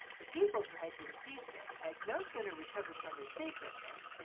the people who had been seasick had no sooner recovered from their seasickness,